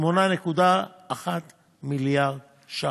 8.1 מיליארד ש"ח.